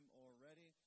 already